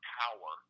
power